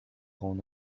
rang